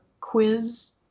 quiz